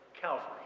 Calvary